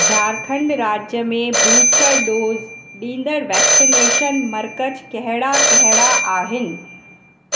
झारखण्ड राज्य में booster dose ॾींदड़ वैक्सनेशन मर्कज़ कहिड़ा कहिड़ा आहिनि